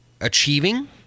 achieving